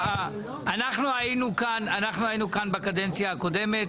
אנחנו היינו כאן בקדנציה הקודמת.